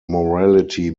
morality